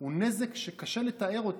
הוא נזק שקשה לתאר אותו.